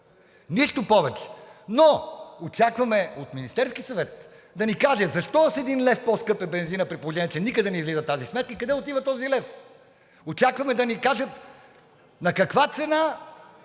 Нищо повече! Но очакваме от Министерския съвет да ни кажат защо бензинът е с един лев по-скъп, при положение че никъде не излиза тази сметка, и къде отива този лев, очакваме да ни кажат на каква цена